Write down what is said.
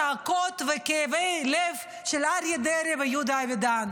צעקות וכאבי לב של אריה דרעי ויהודה אבידן,